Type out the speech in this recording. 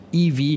EV